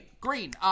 green